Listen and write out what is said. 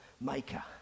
maker